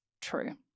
true